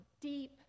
deep